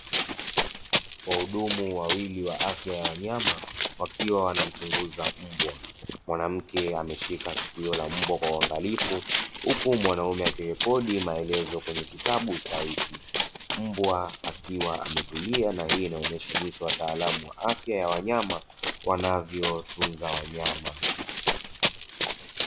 Wahudumu wawili wa afya ya wanyama wakiwa wanamkagua